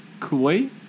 Kuwait